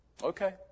Okay